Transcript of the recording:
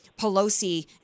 Pelosi